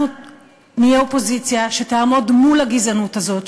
אנחנו נהיה אופוזיציה שתעמוד מול הגזענות הזאת,